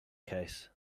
case